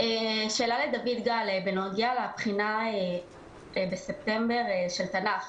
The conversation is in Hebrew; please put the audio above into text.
שאלה לדוד גל בנוגע לבחינה בספטמבר של ---,